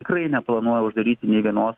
tikrai neplanuoja uždaryti nė vienos